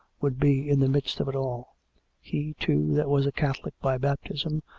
would be in the midst of it all he, too, that was a catholic by baptism,